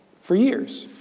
for years,